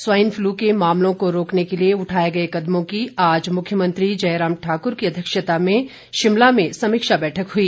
swine flu के मामलों को रोकने के लिए उठाए गए कदमों की आज मुख्यमंत्री जयराम ठाकुर की अध्यक्षता में शिमला में समीक्षा बैठक हुई